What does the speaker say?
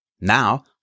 Now